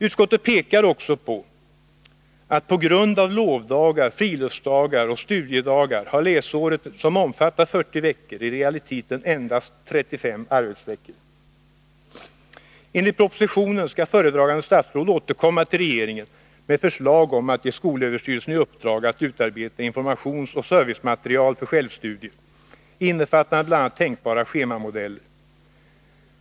Utskottet pekar också på att på grund av lovdagar, friluftsdagar och studiedagar har läsåret, som omfattar 40 veckor, i realiteten endast 35 arbetsveckor. Enligt propositionen skall föredragande statsråd återkomma till regeringen med förslag om att ge skolöverstyrelsen i uppdrag att utarbeta informationsoch servicematerial för självstudier, innefattande bl.a. tänkbara schemamodeller.